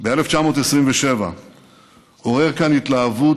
ב-1927 עורר כאן התלהבות